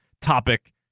topic